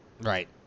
Right